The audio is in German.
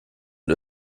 und